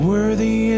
Worthy